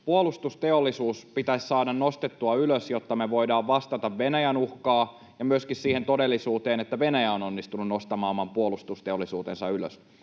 puolustusteollisuus pitäisi saada nostettua ylös, jotta me voidaan vastata Venäjän uhkaan ja myöskin siihen todellisuuteen, että Venäjä on onnistunut nostamaan oman puolustusteollisuutensa ylös.